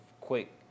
quick